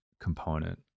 component